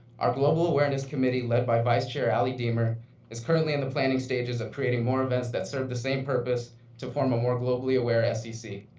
our global awareness committee led by vice chair alli deemer is currently in the planning stages of creating more evens that serve the same purpose to form a more globally aware scc.